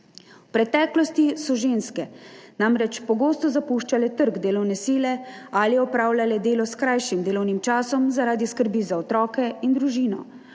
V preteklosti so ženske namreč pogosto zapuščale trg delovne sile ali opravljale delo s krajšim delovnim časom zaradi skrbi za otroke in družino.